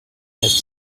rester